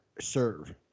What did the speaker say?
serve